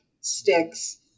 sticks